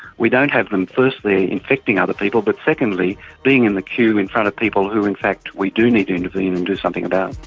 we don't have them firstly infecting other people, but secondly being in the queue in front kind of people who in fact we do need to intervene and do something about.